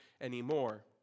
anymore